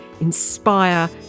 inspire